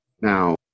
Now